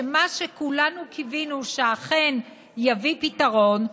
שמה שכולנו קיווינו שאכן יביא פתרון,